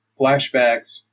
flashbacks